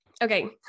Okay